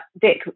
Dick